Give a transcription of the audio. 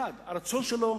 תאנתו,